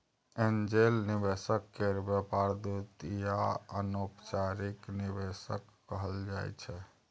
angel निवेशक केर व्यापार दूत या अनौपचारिक निवेशक कहल जाइ छै